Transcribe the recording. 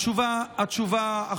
התשובה,